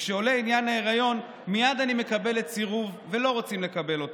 וכשעולה עניין ההיריון מייד אני מקבלת סירוב ולא רוצים לקבל אותי.